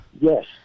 Yes